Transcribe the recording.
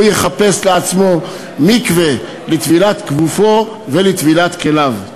הוא יחפש לעצמו מקווה לטבילת גופו ולטבילת כליו.